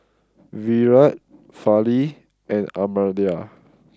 Virat Fali and Amartya